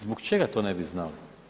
Zbog čega to ne bi znali?